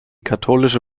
katholische